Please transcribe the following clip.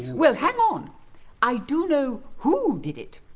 well, hang on i do know who did it!